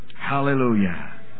Hallelujah